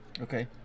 okay